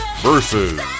versus